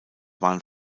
waren